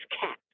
cat